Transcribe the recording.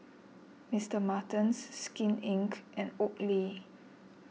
Mister Martens Skin Inc and Oakley